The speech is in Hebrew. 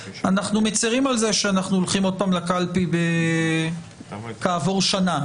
אנחנו מצרים על כך שאנחנו הולכים שוב לקלפי כעבור שנה,